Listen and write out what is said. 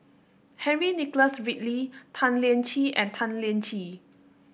Henry Nicholas Ridley Tan Lian Chye and Tan Lian Chye